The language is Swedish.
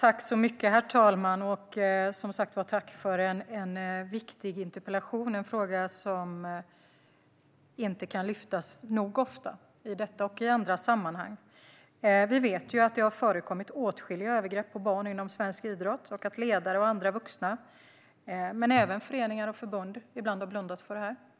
Herr talman! Tack för en viktig interpellation! Det är en fråga som inte kan lyftas upp nog ofta i detta och i andra sammanhang. Vi vet att det har förekommit åtskilliga övergrepp på barn inom svensk idrott och att ledare och andra vuxna, även föreningar och förbund, ibland har blundat.